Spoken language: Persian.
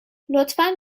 لطفا